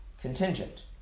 contingent